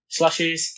Slushies